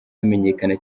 bamenyekana